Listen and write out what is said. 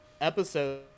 episode